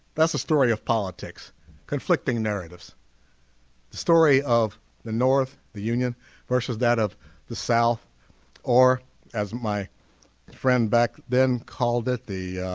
that's the story of politics conflicting narratives the story of the north the union versus that of the south or as my friend back then called it the